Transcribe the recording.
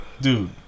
dude